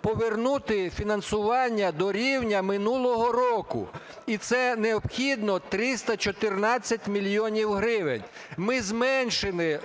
повернути фінансування до рівня минулого року, і це необхідно 314 мільйонів гривень. Ми